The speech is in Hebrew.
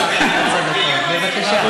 בבקשה.